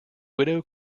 widow